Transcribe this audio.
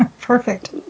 Perfect